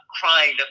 crying